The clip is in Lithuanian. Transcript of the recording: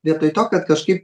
vietoj to kad kažkaip